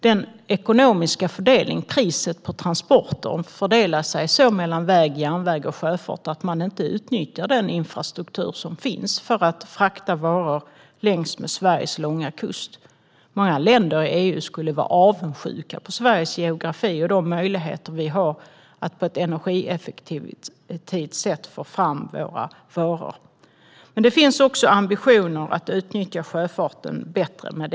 Den ekonomiska fördelningen, priset på transporten, mellan väg, järnväg och sjöfart är så att man inte utnyttjar den infrastruktur som finns för att frakta varor längs med Sveriges långa kust. Många länder i EU skulle vara avundsjuka på Sveriges geografi och de möjligheter vi har att på ett energieffektivt sätt få fram våra varor. Det finns dock ambitioner att utnyttja sjöfarten på ett bättre sätt.